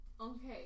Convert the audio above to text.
Okay